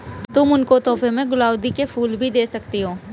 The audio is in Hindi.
तुम उनको तोहफे में गुलाउदी के फूल भी दे सकती हो